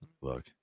Look